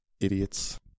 Idiots